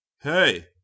Hey